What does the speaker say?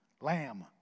lamb